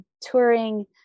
touring